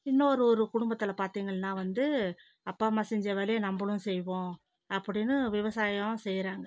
இன்னொரு ஒரு குடும்பத்தில் பார்த்தீங்கள்னா வந்து அப்பா அம்மா செஞ்ச வேலையை நம்மளும் செய்வோம் அப்படினு விவசாயம் செய்கிறாங்க